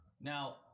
now